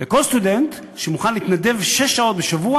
וסטודנטים לוקחים הלוואות שהם מחזירים כל החיים,